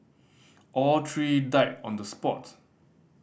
all three died on the spot